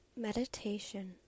Meditation